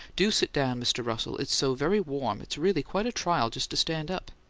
do sit down, mr. russell it's so very warm it's really quite a trial just to stand up!